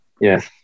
Yes